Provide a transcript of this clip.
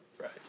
right